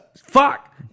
fuck